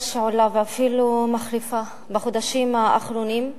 שעולה ואפילו מחריפה בחודשים האחרונים.